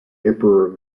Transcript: emperor